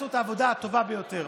תעשו את העבודה הטובה ביותר.